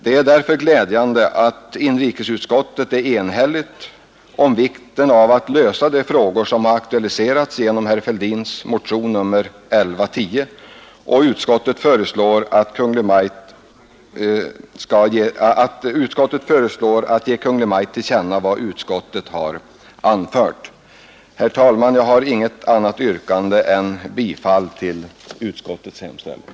Det är därför glädjande att inrikesutskottet är enhälligt när det gäller att lösa de frågor, som aktualiserats genom herr Fälldins motion nr 1110, och föreslår riksdagen att ge Kungl. Maj:t till känna vad utskottet anfört. Herr talman! Jag har inget annat yrkande än bifall till utskottets hemställan.